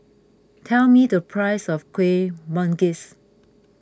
tell me the price of Kuih Manggis